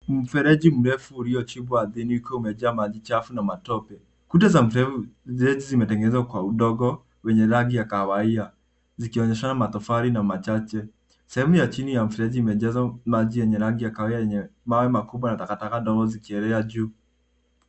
Mfereji mrefu uliochimbwa ardhini ukiwa umejaa maji chafu na matope. Kuta za mfereji zimetengenezwa kwa udongo wenye rangi ya kahawia zikionyesha matofali na machache. Sehemu ya chini ya mfereji imejaza maji yenye rangi ya kahawia yenye mawe makubwa na takataka ndogo zikielea juu.